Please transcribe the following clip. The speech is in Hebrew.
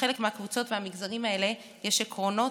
לחלק מהקבוצות והמגזרים האלה יש עקרונות,